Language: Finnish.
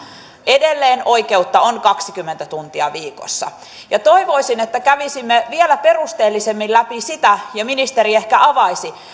edelleen oikeutta on kaksikymmentä tuntia viikossa ja toivoisin että kävisimme vielä perusteellisemmin läpi ja ministeri ehkä avaisi sitä